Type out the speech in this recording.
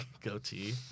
goatee